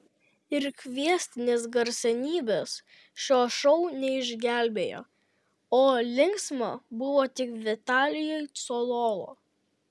ir kviestinės garsenybės šio šou neišgelbėjo o linksma buvo tik vitalijui cololo